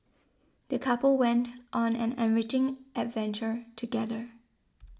the couple went on an enriching adventure together